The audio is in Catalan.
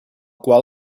qual